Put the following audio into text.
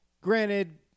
Granted